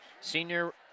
senior